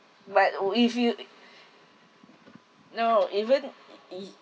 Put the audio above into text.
but if you no even i~ if